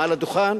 מעל הדוכן,